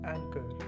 Anchor